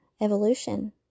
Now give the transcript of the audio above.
evolution